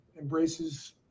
embraces